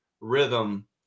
rhythm